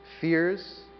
Fears